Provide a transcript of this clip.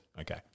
Okay